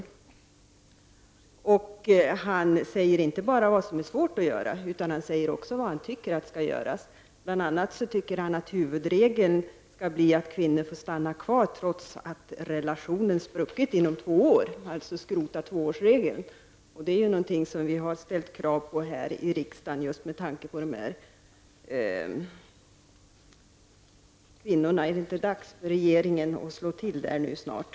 DO talar inte bara om det som är svårt att göra, han talar också om vad han tycker skall göras. Bl.a. anser han att huvudregeln skall bli att kvinnorna får stanna i Sverige trots att relationen spruckit inom två år. Han anser alltså att tvåårsregeln skall skrotas. Det är något som vi har ställt krav på här i riksdagen just med tanke på dessa kvinnor. Är det inte dags för regeringen att slå till i fråga om detta snart?